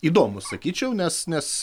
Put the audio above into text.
įdomūs sakyčiau nes nes